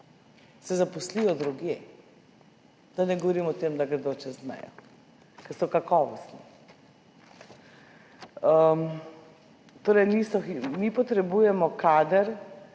zaposlijo se drugje, da ne govorim o tem, da gredo čez mejo, ker so kakovostni. Mi torej potrebujemo kader,